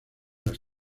las